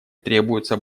требуются